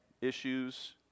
issues